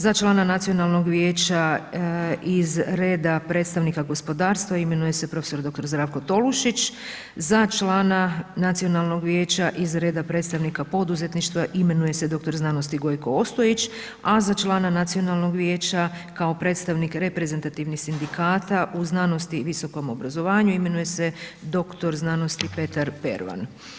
Za člana Nacionalnog vijeća iz reda predstavnika gospodarstva imenuje se prof.dr. Zdravko Tolušić, za člana Nacionalnog vijeća iz reda predstavnika poduzetništva imenuje se dr. znanosti Gojko Ostojić a za člana Nacionalnog vijeća kao predstavnika reprezentativnih sindikata u znanosti i visokom obrazovanju imenuje se dr. znanosti Petar Pervan.